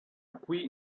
qui